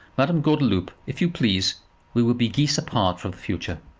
madame gordeloup, if you please we will be geese apart for the future.